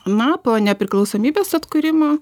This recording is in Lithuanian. na po nepriklausomybės atkūrimo